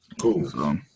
Cool